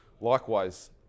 Likewise